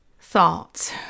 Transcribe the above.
thoughts